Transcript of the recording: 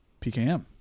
PKM